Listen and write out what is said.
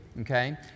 okay